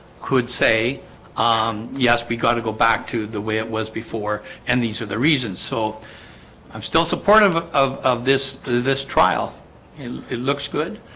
could say um yes, we got to go back to the way it was before and these are the reasons so i'm still supportive of of this this trial and it looks good.